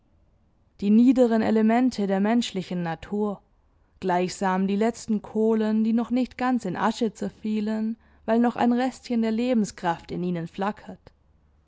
die niederen elemente der menschlichen natur gleichsam die letzten kohlen die noch nicht ganz in asche zerfielen weil noch ein restchen der lebenskraft in ihnen flackert